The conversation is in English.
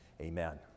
Amen